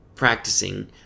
practicing